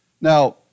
Now